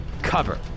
cover